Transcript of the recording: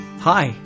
Hi